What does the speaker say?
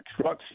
trucks